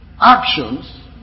actions